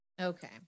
Okay